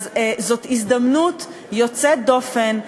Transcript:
זאת הזדמנות יוצאת דופן.